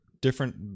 different